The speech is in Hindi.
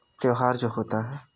त्यौहार जो होता है